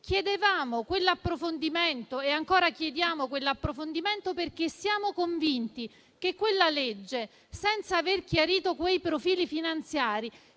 Chiedevamo quell'approfondimento e ancora lo chiediamo, perché siamo convinti che quella legge, senza aver chiarito quei profili finanziari,